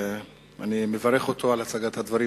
ואני מברך אותו על הצגת הדברים,